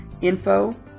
info